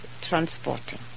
transporting